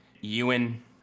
Ewan